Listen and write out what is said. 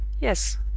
Yes